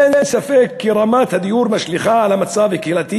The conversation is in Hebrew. אין ספק כי רמת הדיור משליכה על המצב הקהילתי